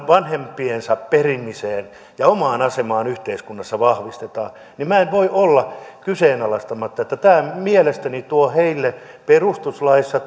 vanhempiensa perimiseen ja omaan asemaan yhteiskunnassa vahvistetaan niin minä en voi kyseenalaistaa että tämä mielestäni tuo heille perustuslaissa